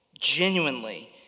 genuinely